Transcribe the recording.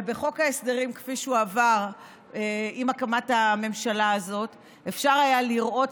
אבל בחוק ההסדרים כפי שהוא עבר עם הקמת הממשלה הזאת אפשר היה לראות,